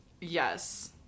Yes